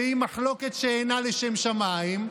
שהיא מחלוקת שאינה לשם שמיים,